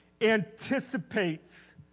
anticipates